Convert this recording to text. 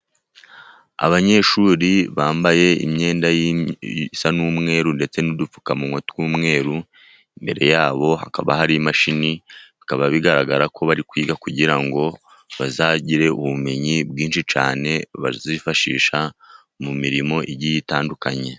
Abanyeshuri bambaye imyenda isa n'umweru ndetse n'udupfukamuwa tw'umweru imbere yabo hakaba hari imashini bikaba bigaragara ko bari kwiga kugira ngo bazagire ubumenyi bwinshi cyaneane bazifashisha mu mirimo igiye itandukanye.